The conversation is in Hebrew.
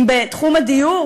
אם בתחום הדיור,